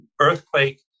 earthquake